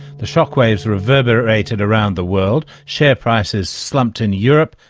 the shockwaves reverberated around the world, share prices slumped in europe,